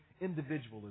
individualism